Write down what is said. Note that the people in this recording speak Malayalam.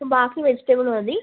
അപ്പം ബാക്കി വെജിറ്റെബിൾ മതി